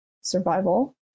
survival